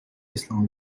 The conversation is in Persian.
اسلام